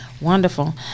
wonderful